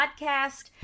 podcast